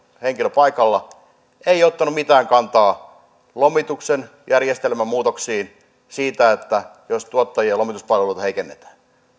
henkilö paikalla hän ei ottanut mitään kantaa lomituksen järjestelmämuutoksiin siihen että jos tuottajien lomituspalveluja heikennetään